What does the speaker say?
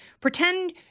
Pretend